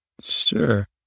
Sure